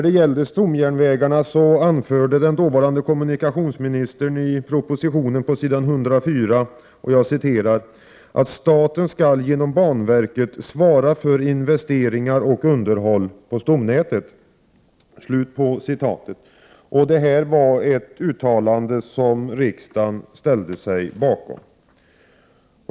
Beträffande stomjärnvägarna anförde den dåvarande kommunikationsministern på s. 104 i propositionen att: ”Staten skall genom banverket svara för investeringar och underhåll på stomnätet.” Detta uttalande ställde sig riksdagen bakom.